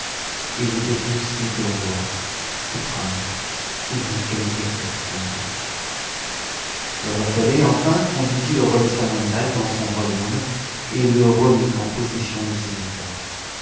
tts étaient tous fils de rois ou princes ou d'une qualité très distinguée le roi saleh enfin conduisit le roi de samandal dans son royaume et le remit en possession de ses état